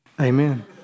Amen